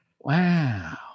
Wow